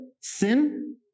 sin